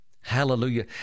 Hallelujah